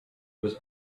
was